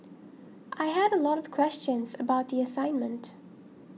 I had a lot of questions about the assignment